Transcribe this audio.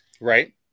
Right